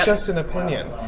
just an opinion.